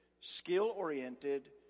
skill-oriented